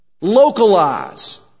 localize